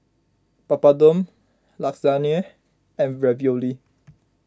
Papadum Lasagna and Ravioli